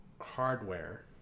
hardware